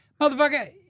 motherfucker